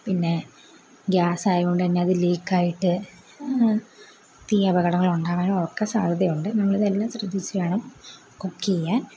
പിന്നെ ഗ്യാസായത് കൊണ്ട് തന്നെ അത് ലീക്കായിട്ട് ഈ അപകടങ്ങളൊക്കെ ഉണ്ടാകാനും ഒക്ക സാധ്യത ഉണ്ട് നമ്മളിതെല്ലാം ശ്രദ്ധിച്ച് ചെയ്യണം കുക്ക് ചെയ്യാൻ